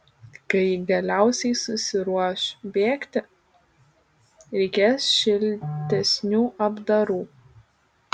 kai ji galiausiai susiruoš bėgti reikės šiltesnių apdarų